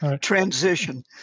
transition